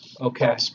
okay